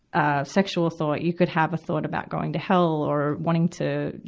a sexual thought. you could have a thought about going to hell or wanting to, you